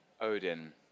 Odin